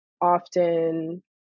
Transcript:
often